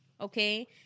Okay